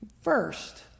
First